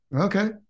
Okay